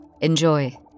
Enjoy